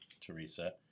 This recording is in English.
Teresa